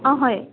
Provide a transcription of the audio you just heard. অ' হয়